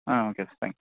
ah okay sir thanks